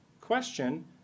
question